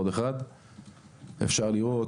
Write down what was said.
בשקף אפשר לראות,